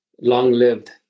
long-lived